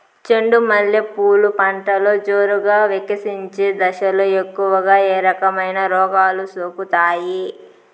చెండు మల్లె పూలు పంటలో జోరుగా వికసించే దశలో ఎక్కువగా ఏ రకమైన రోగాలు సోకుతాయి?